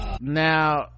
now